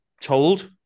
told